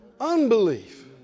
unbelief